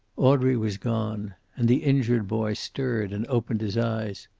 audrey was gone. and the injured boy stirred and opened his eyes.